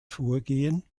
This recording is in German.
vorgehen